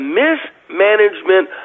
mismanagement